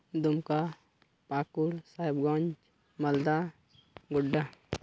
Dumka Pakur Sahebganj Malda Godda